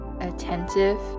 attentive